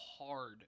hard